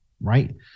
right